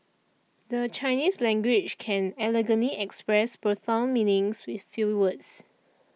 the Chinese language can elegantly express profound meanings with few words